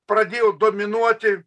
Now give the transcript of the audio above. pradėjo dominuoti